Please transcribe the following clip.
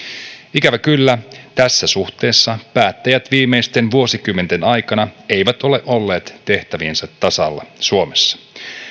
ikävä kyllä tässä suhteessa päättäjät viimeisten vuosikymmenten aikana eivät ole olleet tehtäviensä tasalla suomessa